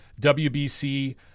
WBC